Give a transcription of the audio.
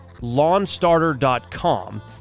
LawnStarter.com